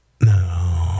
No